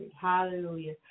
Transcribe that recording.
hallelujah